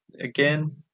again